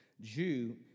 Jew